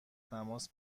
تماس